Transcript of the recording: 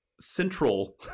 central